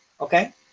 okay